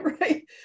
right